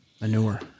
Manure